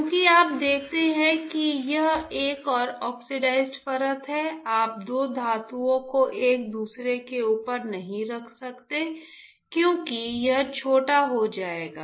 क्योंकि आप देखते हैं कि यह एक और ऑक्साइड परत है आप दो धातुओं को एक दूसरे के ऊपर नहीं रख सकते क्योंकि यह छोटा हो जाएगा